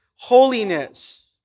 holiness